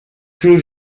que